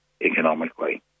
economically